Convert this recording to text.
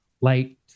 light